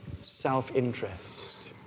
self-interest